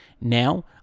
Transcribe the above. Now